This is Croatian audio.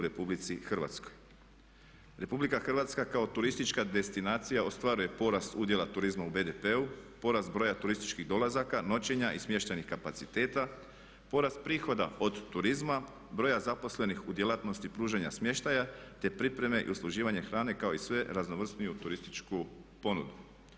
RH kao turistička destinacija ostvaruje porasta udjela turizma u BDP-u, porast broja turističkih dolazaka, noćenja i smještajnih kapaciteta, porast prihoda od turizma, broja zaposlenih u djelatnosti pružanja smještaja te pripreme i usluživanje hrane kao i sve raznovrsniju turističku ponudu.